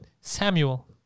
Samuel